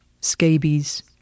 scabies